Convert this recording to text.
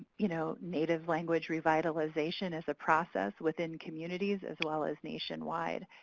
you know native language revitalization is a process within communities, as well as nationwide.